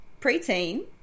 preteen